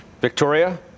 Victoria